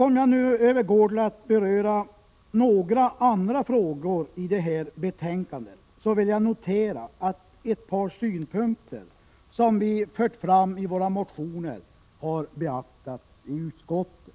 Om jag nu övergår till att beröra några andra frågor i det här betänkandet, vill jag notera att ett par synpunkter som vi framfört i våra motioner har beaktats i utskottet.